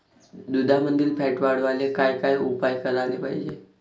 दुधामंदील फॅट वाढवायले काय काय उपाय करायले पाहिजे?